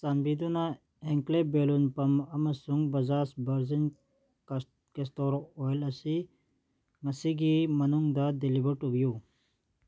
ꯆꯥꯟꯕꯨꯗꯨꯅ ꯍꯦꯟꯀ꯭ꯂꯦ ꯕꯦꯂꯨꯟ ꯄꯝ ꯑꯃꯁꯨꯡ ꯕꯥꯖꯥꯁ ꯕꯔꯖꯟ ꯀꯦꯁꯇꯣꯔꯣ ꯑꯣꯏꯜ ꯑꯁꯤ ꯉꯁꯤꯒꯤ ꯃꯅꯨꯡꯗ ꯗꯤꯂꯤꯕꯔ ꯇꯧꯕꯤꯌꯨ